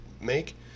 make